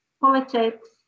politics